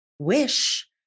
Wish